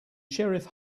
sheriff